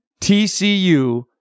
TCU